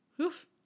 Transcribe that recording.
Oof